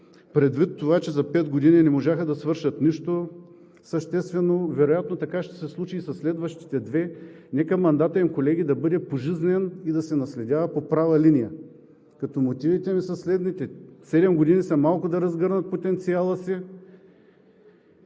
предвид това, че за пет години не можаха да свършат нищо съществено, вероятно така ще се случи и със следващите две – нека мандатът им, колеги, да бъде пожизнен и да се наследява по права линия, като мотивите ми са следните: седем години са малко да разгърнат потенциала си,